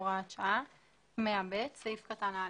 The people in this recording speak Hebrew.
הוראת שעה 100ב. (א)